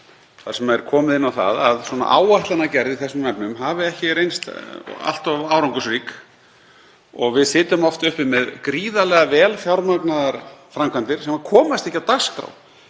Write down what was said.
þar sem komið er inn á það að áætlanagerð í þessum efnum hafi ekki reynst allt of árangursrík og við sitjum oft uppi með gríðarlega vel fjármagnaðar framkvæmdir sem komast ekki á dagskrá.